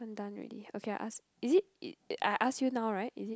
i'm done already okay I ask is it I I ask you now right is it